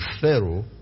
Pharaoh